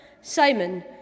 Simon